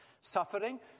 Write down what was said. Suffering